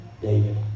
David